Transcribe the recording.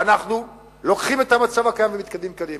אנחנו לוקחים את המצב הקיים ומתקדמים קדימה.